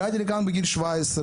הגעתי לכאן בגיל 17,